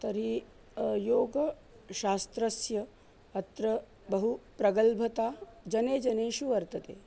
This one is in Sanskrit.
तर्हि योगोशास्त्रस्य अत्र बहु प्रगल्भता जनेजनेषु वर्तते